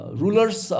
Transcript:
rulers